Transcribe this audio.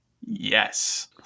Yes